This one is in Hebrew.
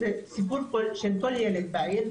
זה סיפור של כל ילד בעיר,